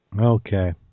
Okay